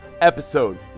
episode